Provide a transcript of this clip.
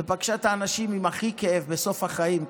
ופגשה את האנשים עם הכי כאב בסוף החיים.